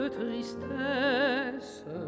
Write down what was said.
tristesse